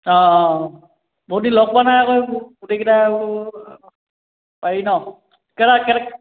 অঁ অঁ বহুতদিন লগ পোৱা নাই আকৌ গোটেইকেইটাই আকৌ পাৰি ন কেইটা কেইটা